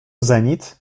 zenit